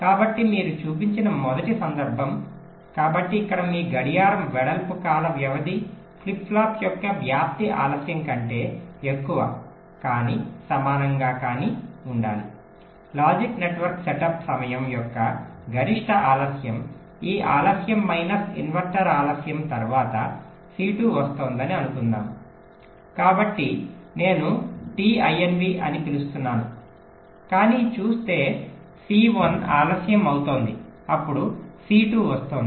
కాబట్టి మీరు చూపించిన మొదటి సందర్భం కాబట్టి అక్కడ మీ గడియారం వెడల్పు కాల వ్యవధి ఫ్లిప్ ఫ్లాప్ యొక్క వ్యాప్తి ఆలస్యం కంటే ఎక్కువ కానీ సమానంగా కానీ ఉండాలి లాజిక్ నెట్వర్క్ సెటప్ సమయం యొక్క గరిష్ట ఆలస్యం ఈ ఆలస్యం మైనస్ ఇన్వర్టర్ ఆలస్యం తర్వాత సి2 వస్తోందని అనుకుందాం కాబట్టి నేను టి inv అని పిలుస్తున్నాను కానీ చూస్తే సి1 ఆలస్యం అవుతోంది అప్పుడు సి2 వస్తోంది